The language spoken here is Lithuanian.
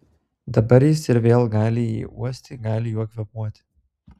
dabar jis ir vėl gali jį uosti gali juo kvėpuoti